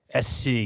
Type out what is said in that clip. SC